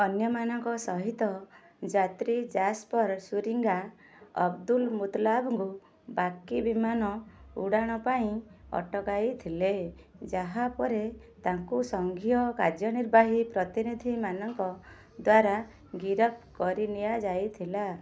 ଅନ୍ୟମାନଙ୍କ ସହିତ ଯାତ୍ରୀ ଜାସପର୍ ଶୁରିଙ୍ଗା ଅବଦୁଲ୍ମୁତଲ୍ଲାବ୍ଙ୍କୁ ବାକି ବିମାନ ଉଡ଼ାଣ ପାଇଁ ଅଟକାଇଥିଲେ ଯାହା ପରେ ତାଙ୍କୁ ସଂଘୀୟ କାର୍ଯ୍ୟନିର୍ବାହୀ ପ୍ରତିନିଧିମାନଙ୍କ ଦ୍ଵାରା ଗିରଫ କରିନିଆଯାଇଥିଲା